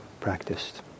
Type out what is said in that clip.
practiced